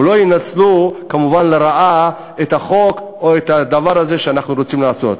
וכמובן שלא ינצלו לרעה את החוק או את הדבר הזה שאנחנו רוצים לעשות.